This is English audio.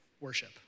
worship